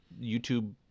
YouTube